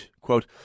quote